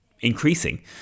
increasing